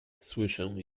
słyszę